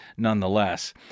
Nonetheless